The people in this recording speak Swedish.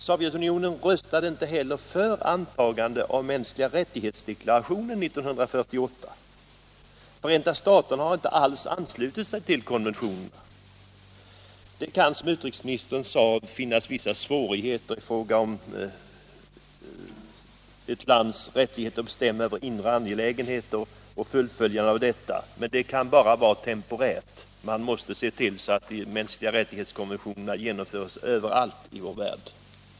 Sovjetunionen röstade inte heller för antagande av deklarationer om mänskliga rättigheter 1948. Förenta staterna har inte alls anslutit sig till konventionerna. Det kan, som utrikesministern sade, uppstå vissa konflikter mellan konventionen och utövandet av ett lands rätt att bestämma över sina inre angelägenheter, men det kan bara gälla temporärt. Man måste se till att konventionerna om de mänskliga rättigheterna genomförs överallt i vår värld.